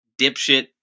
dipshit